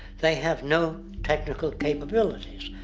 they have no technical capabilities.